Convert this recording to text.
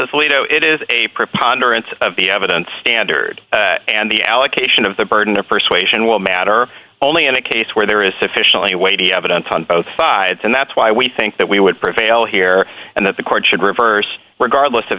we know it is a preponderance of the evidence standard and the allocation of the burden of persuasion will matter only in a case where there is sufficiently weighty evidence on both sides and that's why we think that we would prevail here and that the court should reverse regardless of